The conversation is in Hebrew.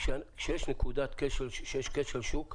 כשיש כשל שוק,